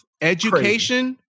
Education